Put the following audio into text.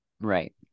Right